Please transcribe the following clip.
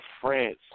France